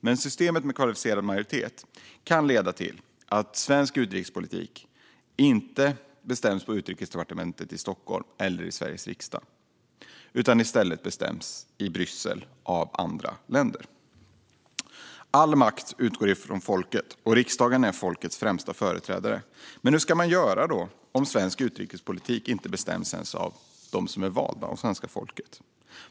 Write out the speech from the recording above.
Men systemet med kvalificerad majoritet kan leda till att svensk utrikespolitik inte bestäms på Utrikesdepartementet i Stockholm eller i Sveriges riksdag utan i stället bestäms i Bryssel av andra länder. All makt utgår från folket, och riksdagen är folkets främsta företrädare. Men hur ska man göra om svensk utrikespolitik inte bestäms av dem som är valda av svenska folket?